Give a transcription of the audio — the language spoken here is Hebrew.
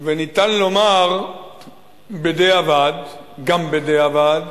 ואפשר לומר גם בדיעבד,